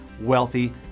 wealthy